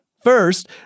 First